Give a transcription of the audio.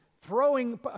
throwing